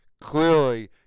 clearly